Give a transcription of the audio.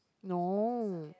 no